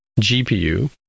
GPU